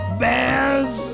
bears